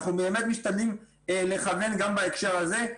אנחנו באמת משתדלים לכוון גם בהקשר הזה,